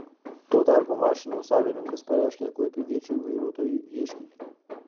tuo tarpu mašinų savininkas pareiškė klaipėdiečiui vairuotojui ieškinį